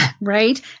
right